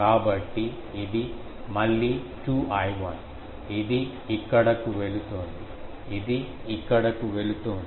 కాబట్టి ఇది మళ్ళీ 2I1 ఇది ఇక్కడకు వెళుతోంది ఇది ఇక్కడకు వెళుతోంది